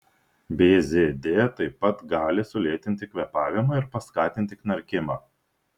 bzd taip pat gali sulėtinti kvėpavimą ir paskatinti knarkimą